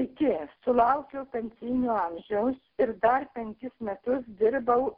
sveiki sulaukiau pensijinio amžiaus ir dar penkis metus dirbau